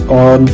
on